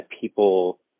people